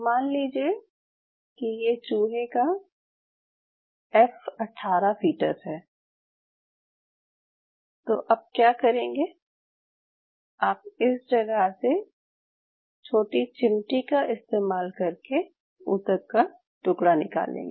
मान लीजिये कि ये चूहे का एफ 18 फ़ीटस है तो आप क्या करेंगे आप इस जगह से छोटी चिमटी का इस्तेमाल करके ऊतक का टुकड़ा निकालेंगे